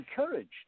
encouraged